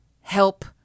help